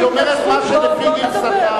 היא אומרת מה שלפי גרסתה.